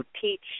teach